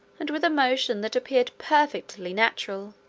and with a motion that appeared perfectly natural,